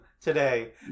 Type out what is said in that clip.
today